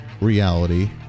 reality